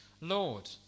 Lord